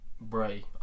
Bray